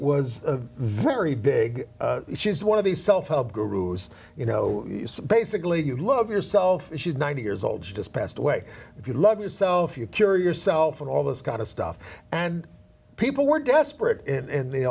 was a very big she's one of these self help gurus you know basically you love yourself she's ninety years old she just passed away if you love yourself you cure yourself and all this kind of stuff and people were desperate and the